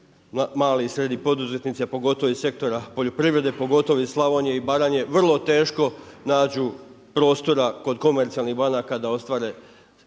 mali i srednji poduzetnici a pogotovo iz sektora poljoprivrede, pogotovo iz Slavonije i Baranje vrlo teško nađu prostora kod komercijalnih banaka da ostvare